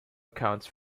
accounts